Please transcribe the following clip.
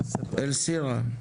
אלסרה.